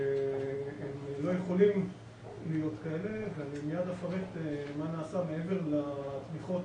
שהם לא יכולים להיות כאלה ואני מיד אפרט מה נעשה מעבר לתמיכות